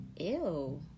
Ew